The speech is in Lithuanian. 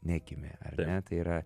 negimė ar ne tai yra